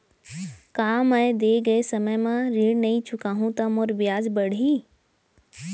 का मैं दे गए समय म ऋण नई चुकाहूँ त मोर ब्याज बाड़ही?